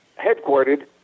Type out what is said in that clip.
headquartered